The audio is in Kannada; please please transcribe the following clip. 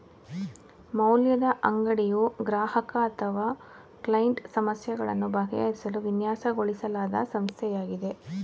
ಮೌಲ್ಯದ ಅಂಗಡಿಯು ಗ್ರಾಹಕ ಅಥವಾ ಕ್ಲೈಂಟ್ ಸಮಸ್ಯೆಗಳನ್ನು ಬಗೆಹರಿಸಲು ವಿನ್ಯಾಸಗೊಳಿಸಲಾದ ಸಂಸ್ಥೆಯಾಗಿದೆ